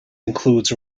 includes